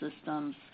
systems